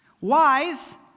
wise